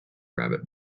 rabbit